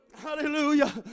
Hallelujah